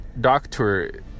doctor